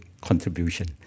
contribution